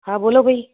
હા બોલો ભાઈ